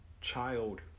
child